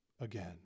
again